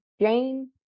Jane